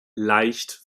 leicht